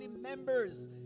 members